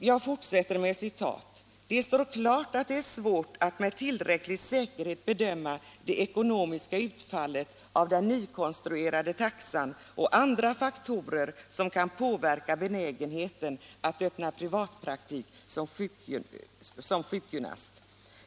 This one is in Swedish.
Jag fortsätter att citera: ”Det står klart att det är svårt att med tillräcklig säkerhet bedöma det ekonomiska utfallet av den nykonstruerade taxan och andra faktorer som kan påverka benägenheten att öppna privatpraktik som sjukgymnast.